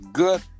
Good